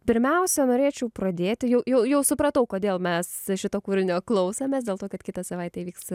pirmiausia norėčiau pradėti jau jau jau supratau kodėl mes šito kūrinio klausėmės dėl to kad kitą savaitę įvyks